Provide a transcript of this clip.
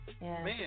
man